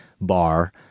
bar